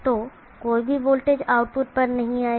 तो कोई भी वोल्टेज आउटपुट पर नहीं आएगा